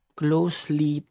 closely